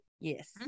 Yes